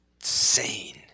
Insane